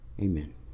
Amen